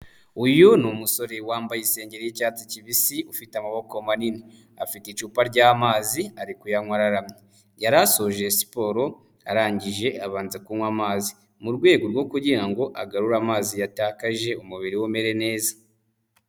Uyu ni umusore wambaye isengeri y'icyatsi kibisi ufite amaboko manini, afite icupa ry'amazi ari kuyanywa araramye, yari asoje siporo arangije abanza kunywa amazi, mu rwego rwo kugira ngo agarure amazi yatakaje umubiri we umere neza.